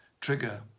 trigger